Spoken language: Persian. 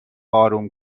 آروم